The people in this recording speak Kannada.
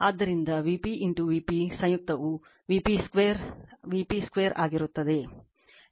ಆದ್ದರಿಂದ Vp Vp ಸಂಯುಕ್ತವು Vp22ಆಗಿರುತ್ತದೆ